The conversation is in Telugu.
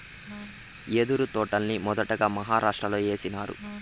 యెదురు తోటల్ని మొదటగా మహారాష్ట్రలో ఏసినారు